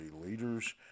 Leaders